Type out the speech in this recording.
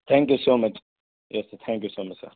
thank you so much yes sir thank you so much sir